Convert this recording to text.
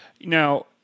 Now